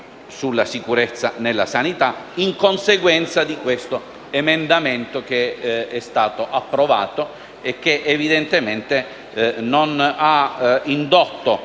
sulla sicurezza nella sanità», in conseguenza dell'emendamento che è stato approvato e che evidentemente non ha indotto